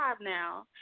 now